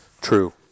True